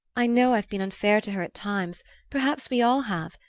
i know i've been unfair to her at times perhaps we all have.